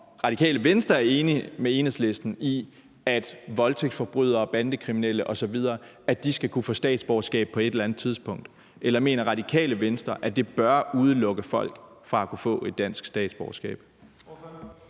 Radikale Venstre er enige med Enhedslisten i, at voldtægtsforbrydere, bandekriminelle osv. skal kunne få statsborgerskab på et eller andet tidspunkt. Eller mener Radikale Venstre, at det bør udelukke folk fra at kunne få et dansk statsborgerskab?